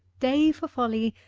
day for folly,